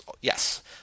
Yes